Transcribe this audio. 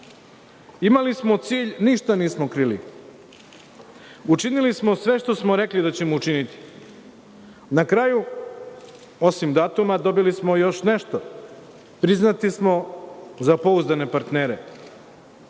Imali smo cilj, ništa nismo krili. Učinili smo sve što smo rekli da ćemo učiniti. Na kraju, osim datuma, dobili smo još nešto – priznati smo za pouzdane partnere.